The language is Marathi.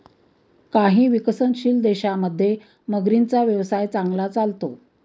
काही विकसनशील देशांमध्ये मगरींचा व्यवसाय चांगला चालतो